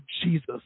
Jesus